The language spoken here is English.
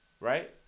Right